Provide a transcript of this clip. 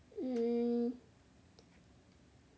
mm